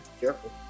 careful